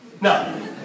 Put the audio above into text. No